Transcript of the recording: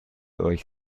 euch